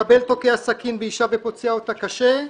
מחבל תוקע סכין באישה ופוצע אותה קשה,